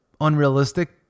unrealistic